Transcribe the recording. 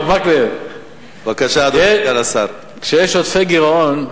הרב מקלב, כשיש גירעון,